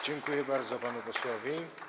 Dziękuję bardzo panu posłowi.